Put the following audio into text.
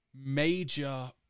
Major